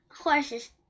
Horses